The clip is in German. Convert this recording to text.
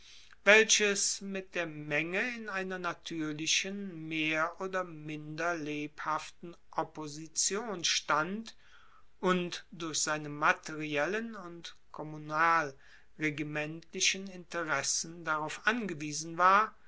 welches mit der menge in einer natuerlichen mehr oder minder lebhaften opposition stand und durch seine materiellen und kommunalregimentlichen interessen darauf angewiesen war